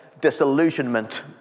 disillusionment